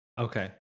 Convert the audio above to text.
Okay